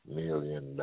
million